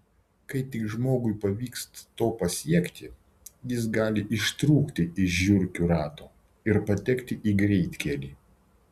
kai tik žmogui pavyksta to pasiekti jis gali ištrūkti iš žiurkių rato ir patekti į greitkelį